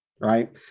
right